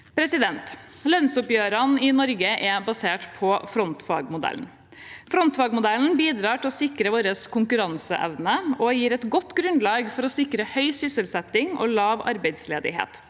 respektere. Lønnsoppgjørene i Norge er basert på frontfagmodellen. Frontfagmodellen bidrar til å sikre vår konkurranseevne og gir et godt grunnlag for å sikre høy sysselsetting og lav arbeidsledighet.